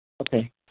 Okay